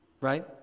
right